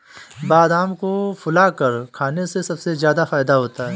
बादाम को फुलाकर खाने से सबसे ज्यादा फ़ायदा होता है